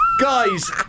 guys